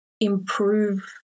improve